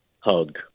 hug